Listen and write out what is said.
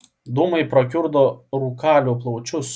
dūmai prakiurdo rūkalių plaučius